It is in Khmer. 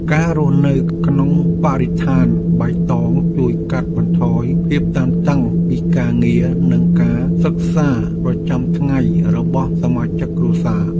ការរស់នៅក្នុងបរិស្ថានបៃតងជួយកាត់បន្ថយភាពតានតឹងពីការងារនិងការសិក្សាប្រចាំថ្ងៃរបស់សមាជិកគ្រួសារ។